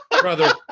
Brother